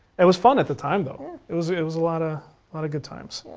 it was fun at the time, though, it was it was a lot ah lot of good times.